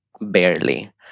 barely